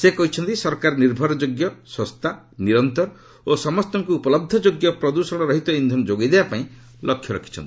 ସେ କହିଛନ୍ତି ସରକାର ନୀର୍ଭରଯୋଗ୍ୟ ଶସ୍ତା ନିରନ୍ତର ଓ ସମସ୍ତଙ୍କୁ ଉପଲବ୍ଧ ଯୋଗ୍ୟ ପ୍ରଦୃଷଣରହିତ ଇନ୍ଧନ ଯୋଗାଇ ଦେବାପାଇଁ ଲକ୍ଷ୍ୟ ରଖିଛନ୍ତି